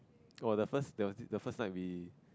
oh the first there was this the first time we